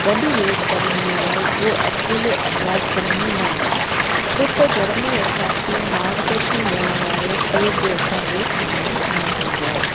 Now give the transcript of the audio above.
गॾु योगु करण में आहे उहो अकेले अभ्यास करण में नाहे छो त घर में असांखे मार्गदर्शन ॾियण वारो केर बि असांजे सामुहूं न हूंदो आहे